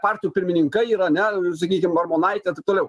partijų pirmininkai yra ane sakykim armonaitė ir taip toliau